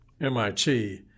MIT